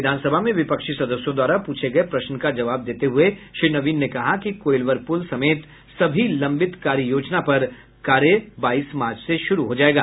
विधानसभा में विपक्षी सदस्यों द्वारा पूछे गये प्रश्न का जवाब देते हुए श्री नवीन ने कहा कि कोइलवर प्रल समेत सभी लंबित कार्य योजना पर कार्य बाईस मार्च से शुरू हो जायेगा